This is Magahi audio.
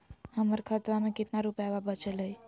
हमर खतवा मे कितना रूपयवा बचल हई?